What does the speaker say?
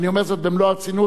ואני אומר זאת במלוא הרצינות,